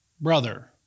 Brother